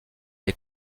les